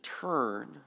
turn